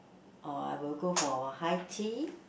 or I will go for a high tea